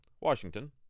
Washington